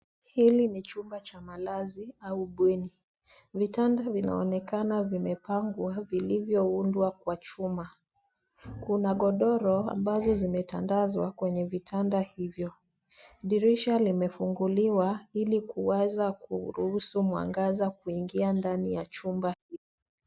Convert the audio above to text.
Hili ni chumba cha malazi au bweni. Vitanda vinaonekana vimepangwa vilivyoundwa kwa chuma. Kuna godoro ambazo zimetandazwa kwenye vitanda hivyo. Dirisha limefunguliwa ili kuweza kuruhusu mwangaza kuingia ndani ya chumba hili.